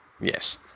Yes